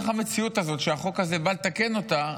איך המציאות הזו, שהחוק הזה בא לתקן אותה,